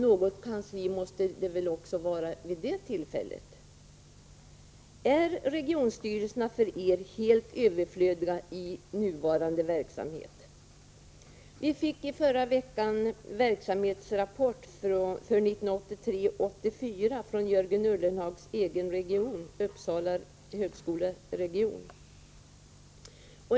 Något kansli måste väl också finnas för den organisationen. Är regionstyrelserna för er helt överflödiga i nuvarande verksamhet? Vi fick i förra veckan verksamhetsrapport för 1983/84 från Jörgen Ullenhags egen region, Uppsala högskoleregion.